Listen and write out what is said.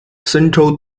central